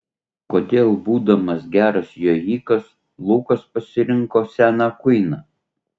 kodėl būdamas geras jojikas lukas pasirinko seną kuiną